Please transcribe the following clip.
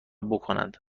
بکنند